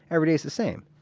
every day is the same.